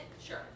sure